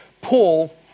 Paul